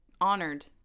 honored